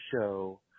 show